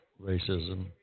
Racism